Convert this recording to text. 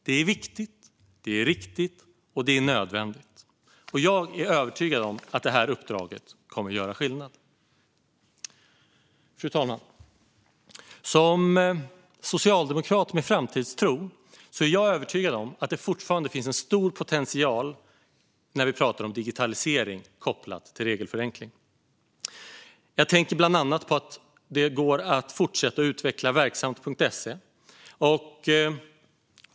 Det är viktigt, det är riktigt, och det är nödvändigt. Jag är övertygad om att det uppdraget kommer att göra skillnad. Fru talman! Som socialdemokrat med framtidstro är jag övertygad om att det fortfarande finns en stor potential när vi pratar om digitalisering kopplat till regelförenkling. Jag tänker bland annat på att det går att fortsätta att utveckla Verksamt.se.